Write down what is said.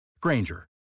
Granger